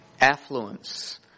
affluence